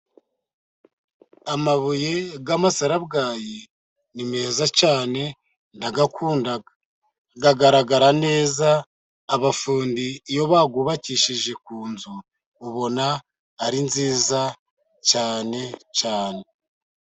Amabuye y'amasarabwayi ni meza cyane ndayakunda agaragara neza. Abafundi iyo bayubakishije ku nzu ubona ari nziza cyane cyane.